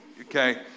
okay